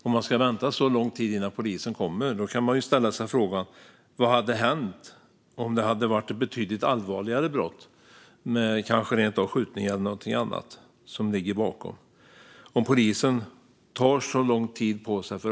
Om man ska vänta så lång tid innan polisen kommer kan man ställa sig frågan: Vad hade hänt om det hade varit ett betydligt allvarligare brott, kanske rent av med skjutningar eller någonting annat?